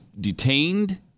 detained